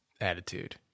attitude